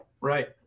right